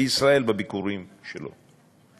בישראל בביקורים שלו,